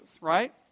right